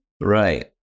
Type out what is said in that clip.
Right